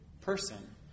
person